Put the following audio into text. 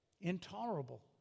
Intolerable